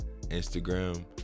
Instagram